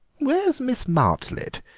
where is miss martlet?